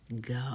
go